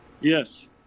yes